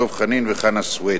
דב חנין וחנא סוייד.